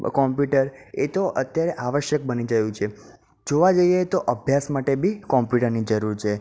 computer એ તો અત્યારે આવશ્યક બની ગયું છે જોવા જઈએ તો અભ્યાસ માટે બી કોમ્પ્યુટરની જરૂર છે